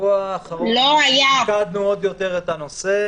בשבוע האחרון מיקדנו עוד יותר את הנושא.